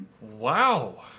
Wow